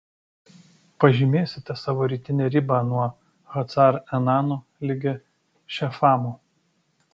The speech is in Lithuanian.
pažymėsite savo rytinę ribą nuo hacar enano ligi šefamo